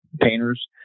painters